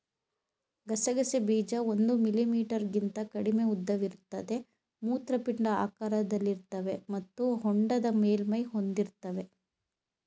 ಗಸಗಸೆ ಬೀಜ ಒಂದು ಮಿಲಿಮೀಟರ್ಗಿಂತ ಕಡಿಮೆ ಉದ್ದವಿರುತ್ತವೆ ಮೂತ್ರಪಿಂಡ ಆಕಾರದಲ್ಲಿರ್ತವೆ ಮತ್ತು ಹೊಂಡದ ಮೇಲ್ಮೈ ಹೊಂದಿರ್ತವೆ